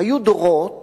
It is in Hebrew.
היו דורות